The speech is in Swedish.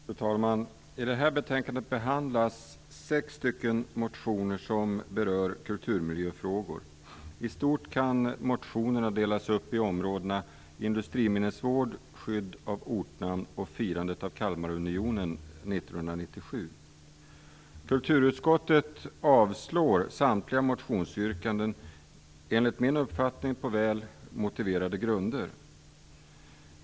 Fru talman! I detta betänkande behandlas sex motioner som berör kulturmiljöfrågor. I stort sett kan motionerna delas upp i områdena industriminnesvård, skydd av ortnamn och firandet av Kalmarunionen Kulturutskottet avslår samtliga motionsyrkanden, enligt min uppfattning på väl motiverade grunder.